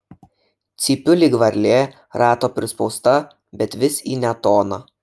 cypiu lyg varlė rato prispausta bet vis į ne toną